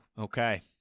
Okay